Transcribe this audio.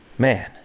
Man